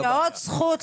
הקושי.